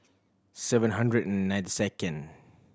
seven hundred and ninety second